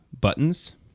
buttons